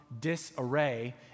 disarray